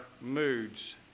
moods